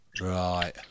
Right